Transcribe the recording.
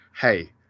hey